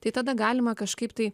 tai tada galima kažkaiptai